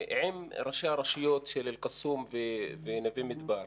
עם ראשי הרשויות של אל קסום ונווה מדבר.